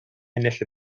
ennill